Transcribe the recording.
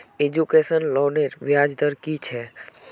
Education लोनेर ब्याज दर कि छे?